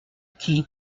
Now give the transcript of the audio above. qui